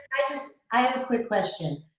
i just, i have a quick question.